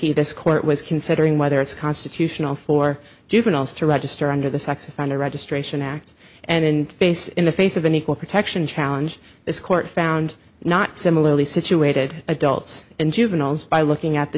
connects this court was considering whether it's constitutional for juveniles to register under the sex offender registration act and face in the face of an equal protection challenge this court found not similarly situated adults and juveniles by looking at the